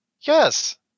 Yes